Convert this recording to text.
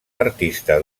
artista